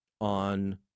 on